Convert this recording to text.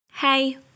Hey